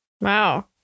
Wow